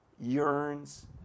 yearns